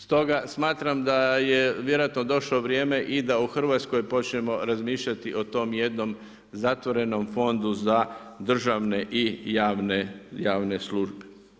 Stoga smatram da je vjerojatno došlo vrijeme i da u RH počnemo razmišljati o tom jednom zatvorenom fondu za državne i javne službe.